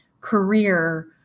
career